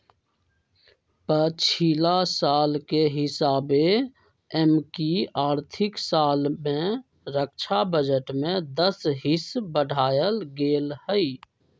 पछिला साल के हिसाबे एमकि आर्थिक साल में रक्षा बजट में दस हिस बढ़ायल गेल हइ